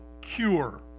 cure